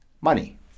money